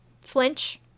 flinch